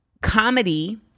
comedy